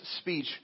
speech